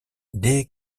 dès